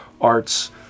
arts